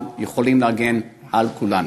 ויכולים להגן על כולנו.